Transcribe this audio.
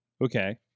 Okay